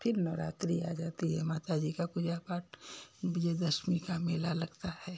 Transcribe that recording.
फिर नवरात्रि आ जाती है माता जी का पूजा पाठ विजय दशमी का मेला लगता है